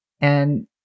And-